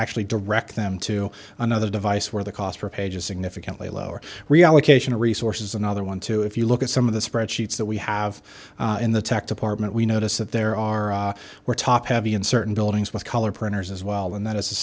actually direct them to another device where the cost per page is significantly lower reallocation of resources another one two if you look at some of the spreadsheets that we have in the tech department we notice that there are we're top heavy in certain buildings with color printers as well and that is a